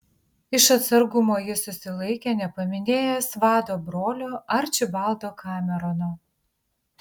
iš atsargumo jis susilaikė nepaminėjęs vado brolio arčibaldo kamerono